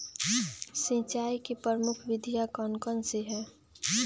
सिंचाई की प्रमुख विधियां कौन कौन सी है?